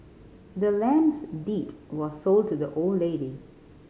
the land's deed was sold to the old lady